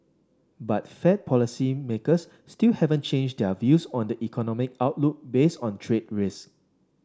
but Fed policymakers still haven't changed their views on the economic outlook based on trade risks